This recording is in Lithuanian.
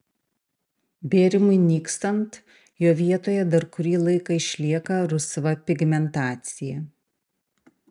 bėrimui nykstant jo vietoje dar kurį laiką išlieka rusva pigmentacija